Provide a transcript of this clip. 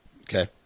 Okay